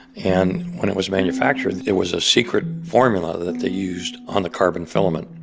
and when it was manufactured, it was a secret formula that they used on the carbon filament.